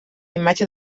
imatge